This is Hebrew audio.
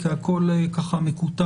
כי הכול מקוטע.